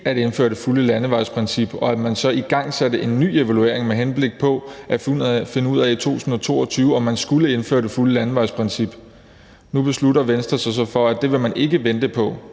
at indføre det fulde landevejsprincip, og at man så igangsætte en ny evaluering med henblik på at finde ud af i 2022, om man skulle indføre det fulde landevejsprincip. Nu beslutter Venstre sig så for, at det vil man ikke vente på.